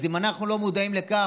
אז אם אנחנו לא מודעים לכך,